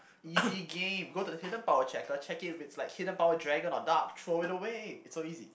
easy game go to the stadium power checker check it if it's like hidden power dragon or dark throw it away it's so easy